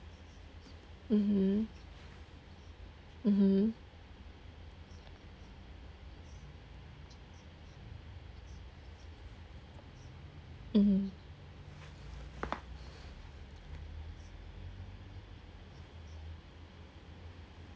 mmhmm mmhmm mmhmm